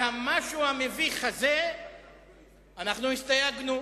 על המשהו המביך הזה אנחנו הסתייגנו.